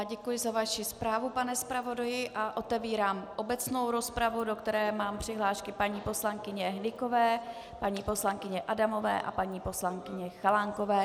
Děkuji za vaši zprávu, pane zpravodaji, a otevírám obecnou rozpravu, do které mám přihlášky paní poslankyně Hnykové, paní poslankyně Adamové a paní poslankyně Chalánkové.